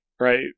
right